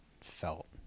felt